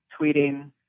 tweeting